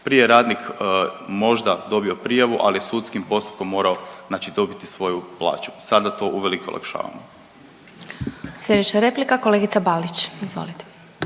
Prije je radnik možda dobio prijavu, ali je sudskim postupkom morao znači dobiti svoju plaću. Sada to uvelike olakšava. **Glasovac, Sabina (SDP)** Sljedeća replika kolegica Balić, izvolite.